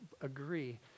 agree